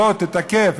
בוא תתקף,